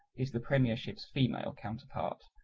is the premiership's female counterpart,